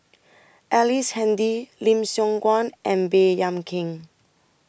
Ellice Handy Lim Siong Guan and Baey Yam Keng